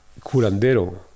curandero